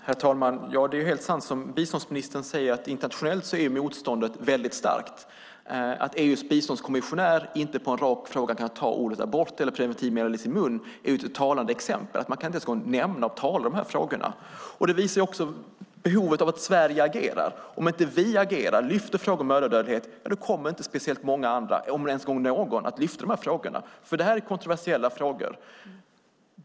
Herr talman! Det är helt sant som biståndsministern säger att internationellt är motståndet starkt. Att EU:s biståndskommissionär inte på en rak fråga kan ta orden abort eller preventivmedel i sin mun är ett talande exempel. Man kan inte ens nämna eller tala om frågorna. Det här visar också behovet av att Sverige agerar. Om vi inte agerar och lyfter upp frågor om mödradödlighet kommer inte speciellt många andra, om ens någon, att lyfta upp frågorna. Det här är kontroversiella frågor.